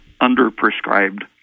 under-prescribed